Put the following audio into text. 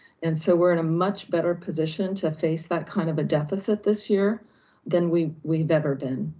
and so we're in a much better position to face that kind of a deficit this year than we've we've ever been.